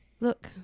look